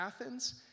Athens